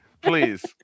Please